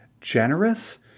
generous